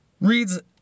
reads